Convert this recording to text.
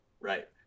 right